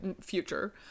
future